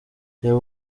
reba